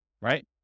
right